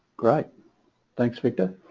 great thanks victor